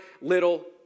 little